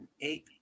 eight